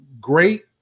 great